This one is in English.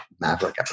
maverick